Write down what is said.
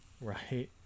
right